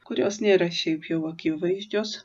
kurios nėra šiaip jau akivaizdžios